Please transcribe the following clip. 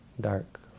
dark